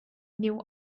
knew